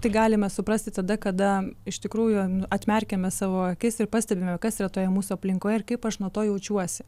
tai galime suprasti tada kada iš tikrųjų atmerkiame savo akis ir pastebime kas yra toje mūsų aplinkoje ir kaip aš nuo to jaučiuosi